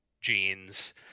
jeans